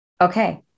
okay